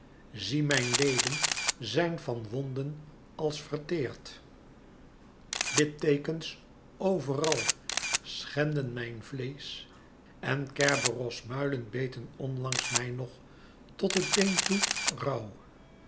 zie mijn leden zijn van wonden als verteerd litteekens overal schenden mijn vleesch en kerberos muilen beten onlangs mij nog tot het been toe rauw